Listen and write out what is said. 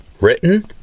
Written